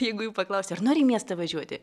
jeigu jų paklausi ar nori į miestą važiuoti